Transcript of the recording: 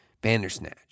Bandersnatch